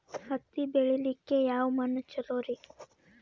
ಹತ್ತಿ ಬೆಳಿಲಿಕ್ಕೆ ಯಾವ ಮಣ್ಣು ಚಲೋರಿ?